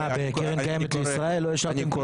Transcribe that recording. מה, בקרן קיימת לישראל לא אישרתם?